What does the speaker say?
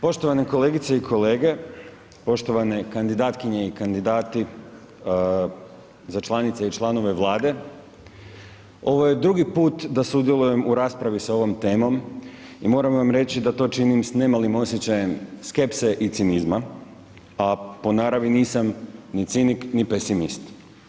Poštovane kolegice i kolege, poštovane kandidatkinje i kandidati za članice i članove vlade, ovo je drugi put da sudjelujem u raspravi s ovom temom i moram vam reći da to činim s nemalim osjećajem skepse i cinizma, a po naravi nisam ni cinik ni pesimist.